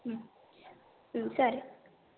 సరే